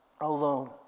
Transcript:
alone